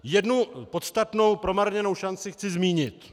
Jednu podstatnou promarněnou šanci chci zmínit.